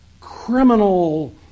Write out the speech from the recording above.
criminal